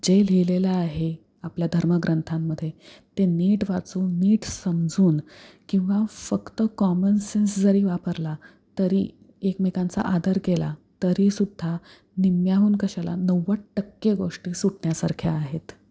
जे लिहिलेलं आहे आपल्या धर्मग्रंथांमध्ये ते नीट वाचून नीट समजून किंवा फक्त कॉमन सेन्स जरी वापरला तरी एकमेकांचा आदर केला तरी सुद्धा निम्म्याहून कशाला नव्वद टक्के गोष्टी सुटण्यासारख्या आहेत